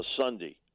Sunday